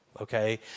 okay